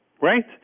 Right